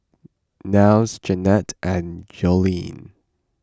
Niles Jannette and Joleen